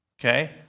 Okay